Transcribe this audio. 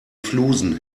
flusen